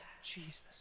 Jesus